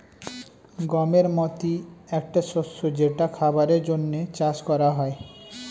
গমের মতি একটা শস্য যেটা খাবারের জন্যে চাষ করা হয়